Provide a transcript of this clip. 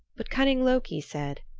but cunning loki said,